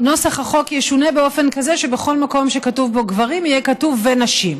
נוסח החוק ישונה באופן כזה שבכל מקום שכתוב "גברים" יהיה כתוב "ונשים".